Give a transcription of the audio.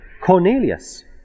Cornelius